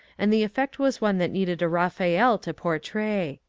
and the effect was one that needed a baphael to portray.